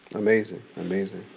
amazing. amazing,